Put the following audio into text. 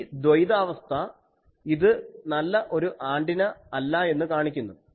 ഈ ദ്വൈതാവസ്ഥ ഇത് നല്ല ഒരു ആൻറിന അല്ല എന്ന് കാണിക്കുന്നു